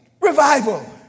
revival